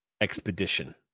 expedition